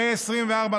פ/2542/24,